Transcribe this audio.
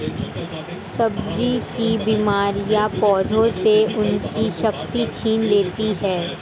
सब्जी की बीमारियां पौधों से उनकी शक्ति छीन लेती हैं